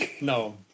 No